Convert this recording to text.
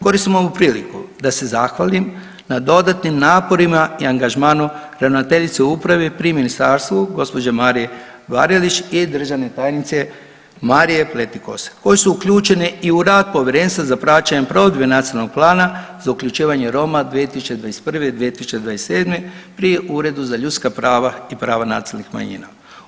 Koristim ovu priliku da se zahvalim na dodatnim naporima i angažmanu ravnateljice u upravi pri ministarstvu gospođe Marije Varelić i državne tajnice Marije Pletikosa koji su uključeni i u rad Povjerenstva za praćenje provedbe Nacionalnog plana za uključivanje Roma 2021.-2027. pri Uredu za ljudska prava i prava nacionalnih manjina.